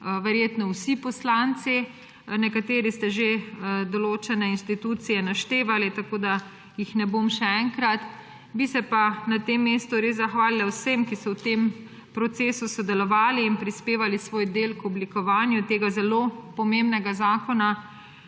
verjetno vsi poslanci. Nekateri ste že določene inštitucije naštevali, tako da jih ne bom še enkrat. Bi se pa na tem mestu res zahvalila vsem, ki so v tem procesu sodelovali in prispevali svoj del k oblikovanju tega zelo pomembnega zakona,